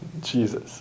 Jesus